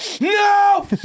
no